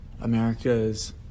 America's